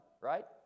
right